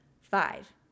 five